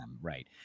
right